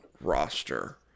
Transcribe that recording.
roster